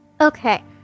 Okay